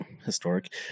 Historic